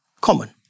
common